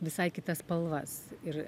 visai kitas spalvas ir